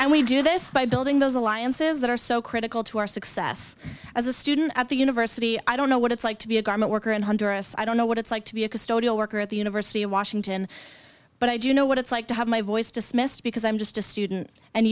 and we do this by building those alliances that are so critical to our success as a student at the university i don't know what it's like to be a garment worker in hunter s i don't know what it's like to be a custodial worker at the university of washington but i do know what it's like to have my voice dismissed because i'm just a student and